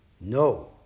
No